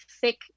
thick